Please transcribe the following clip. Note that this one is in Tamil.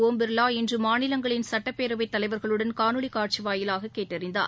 ஓம் பிர்லா இன்று மாநிலங்களின் சட்டப்பேரவைத் தலைவர்களுடன் காணொலி காட்சி வாயிலாக கேட்டறிந்தார்